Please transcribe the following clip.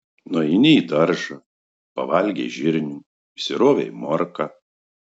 nueini į daržą pavalgei žirnių išsirovei morką